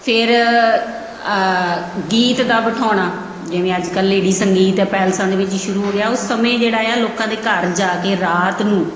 ਫਿਰ ਗੀਤ ਦਾ ਬਿਠਾਉਣਾ ਜਿਵੇਂ ਅੱਜ ਕੱਲ੍ਹ ਲੇਡੀ ਸੰਗੀਤ ਹੈ ਪੈਲਸਾਂ ਦੇ ਵਿੱਚ ਸ਼ੁਰੂ ਹੋ ਗਿਆ ਉਸ ਸਮੇਂ ਜਿਹੜਾ ਆ ਲੋਕਾਂ ਦੇ ਘਰ ਜਾ ਕੇ ਰਾਤ ਨੂੰ